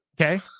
Okay